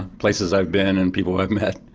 places i've been and people i've met.